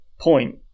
point